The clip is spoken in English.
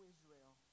Israel